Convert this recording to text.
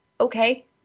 Okay